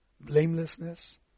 Blamelessness